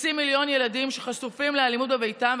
וכחצי מיליון ילדים שחשופים לאלימות בביתם,